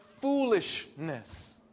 foolishness